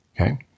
okay